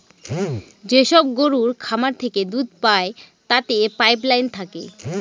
যেসব গরুর খামার থেকে দুধ পায় তাতে পাইপ লাইন থাকে